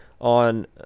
on